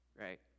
right